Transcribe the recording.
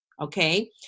Okay